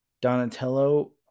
Donatello